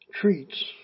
treats